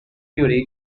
beauty